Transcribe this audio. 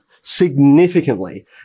significantly